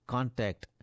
Contact